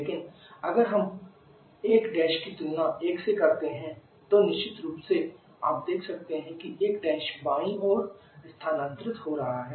लेकिन अगर हम 1 की तुलना 1 से करते हैं तो निश्चित रूप से आप देख सकते हैं कि 1 बाईं ओर स्थानांतरित हो रहा है